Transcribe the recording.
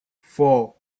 four